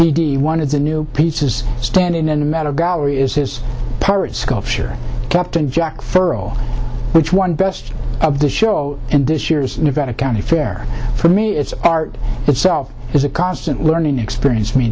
d one of the new pieces standing in the meadow gallery is his pirate sculpture captain jack furrow which won best of the show and this year's nevada county fair for me it's art itself is a constant learning experience for me